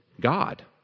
God